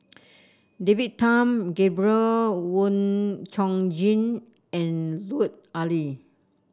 David Tham Gabriel Oon Chong Jin and Lut Ali